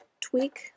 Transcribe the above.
tweak